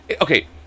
okay